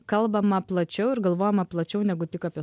kalbama plačiau ir galvojama plačiau negu tik apie